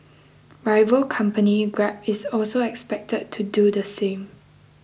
rival company grab is also expected to do the same